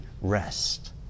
rest